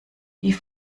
die